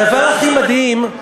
הדבר הכי מדהים,